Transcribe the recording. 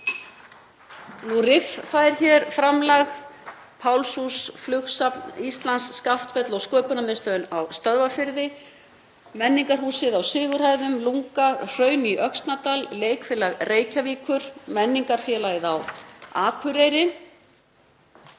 RIFF fær hér framlag, Pálshús, Flugsafn Íslands, Skaftfell, Sköpunarmiðstöðin á Stöðvarfirði, menningarhúsið í Sigurhæðum, LungA, Hraun í Öxnadal, Leikfélag Reykjavíkur, Menningarfélag Akureyrar